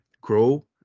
grow